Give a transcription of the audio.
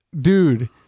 Dude